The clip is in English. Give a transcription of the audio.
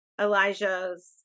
Elijah's